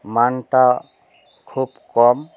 মানটা খুব কম